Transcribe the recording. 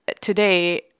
today